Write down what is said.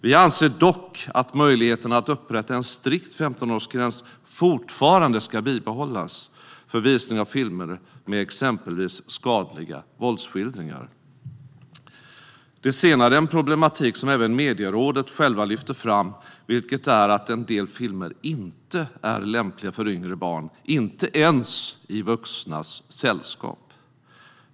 Vi anser dock att möjligheten att upprätta en strikt 15-årsgräns fortfarande ska bibehållas för visning av filmer med exempelvis skadliga våldsskildringar. Det senare är en problematik som även Medierådet själva lyfter fram, vilket är att en del filmer inte är lämpliga för yngre barn, inte ens i vuxnas sällskap.